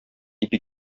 ипи